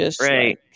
Right